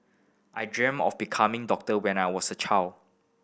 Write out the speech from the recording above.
I dreamt of becoming doctor when I was a child